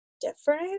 different